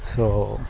so